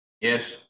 yes